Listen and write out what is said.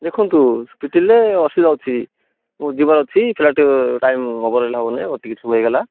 ଦେଖନ୍ତୁ ଅଛି ମୋ ଯିବାର ଅଛି ଫ୍ଲାଇଟ୍ ଟାଇମ୍ ଓଭର ହେଲା ହଉନି ଟିକଟ୍ ସବୁ ହେଇଗଲା